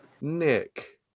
Nick